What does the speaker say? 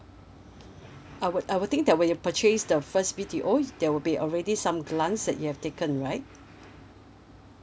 I would I would think that when you purchase the first B_T_O there will be already some grants that you have taken right